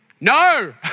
No